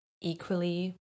equally